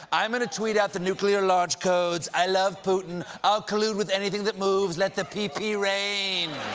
i'm going to tweet out the nuclear launch codes! i love putin! i'll collude with anything that moves! let the pee pee rain!